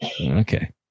Okay